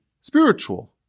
spiritual